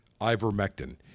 ivermectin